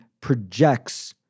projects